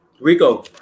Rico